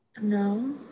No